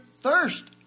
thirst